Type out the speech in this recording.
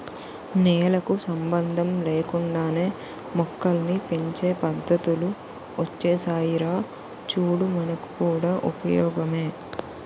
నేలకు సంబంధం లేకుండానే మొక్కల్ని పెంచే పద్దతులు ఒచ్చేసాయిరా చూడు మనకు కూడా ఉపయోగమే